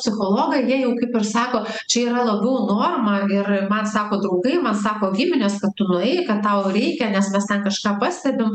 psichologą jie jau kaip ir sako čia yra labiau norma ir man sako draugai man sako giminės kad tu nueik kad tau reikia nes mes ten kažką pastebim